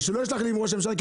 ושלא ישלח לי עם ראש הממשלה,